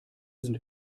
sind